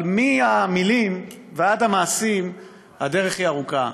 אבל מהמילים ועד המעשים הדרך היא ארוכה.